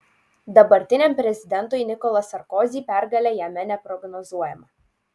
dabartiniam prezidentui nicolas sarkozy pergalė jame neprognozuojama